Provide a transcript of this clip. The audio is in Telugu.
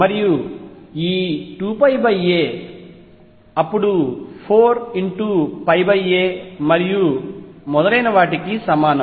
మరియు ఈ 2 a అప్పుడు 4a మరియు మొదలైన వాటికి సమానం